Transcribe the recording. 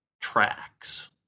tracks